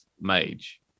Mage